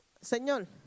Señor